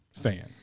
fan